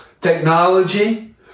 technology